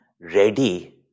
ready